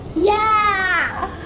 yeah!